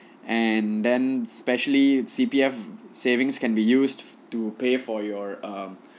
and then specially C_P_F savings can be used to pay for your um